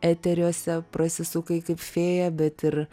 eteriuose prasisukai kaip fėja bet ir